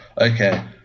okay